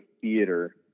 theater